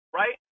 right